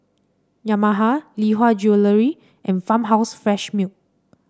Yamaha Lee Hwa Jewellery and Farmhouse Fresh Milk